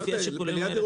לפי השיקולים האלה,